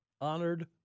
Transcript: honored